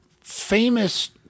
famous